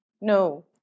No